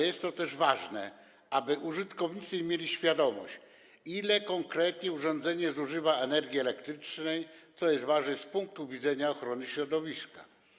Jest to też ważne ze względu na to, aby użytkownicy mieli świadomość, ile konkretne urządzenie zużywa energii elektrycznej, co jest z kolei ważne z punktu widzenia ochrony środowiska.